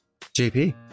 JP